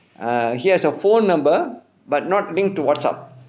err he has a phone number but not linked to WhatAapp